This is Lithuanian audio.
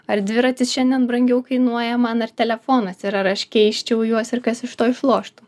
ar dviratis šiandien brangiau kainuoja man ar telefonas ir ar ar aš keisčiau juos ir kas iš to išloštų